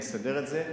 לסדר את זה,